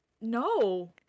no